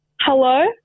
Hello